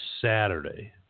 Saturday